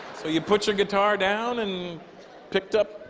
so you put your guitar down and picked up,